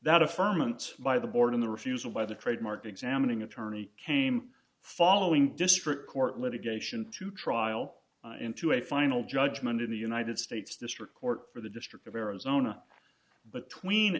that of firmament by the board in the refusal by the trademark examining attorney came following district court litigation to trial into a final judgment in the united states district court for the district of arizona but tween